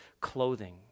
clothing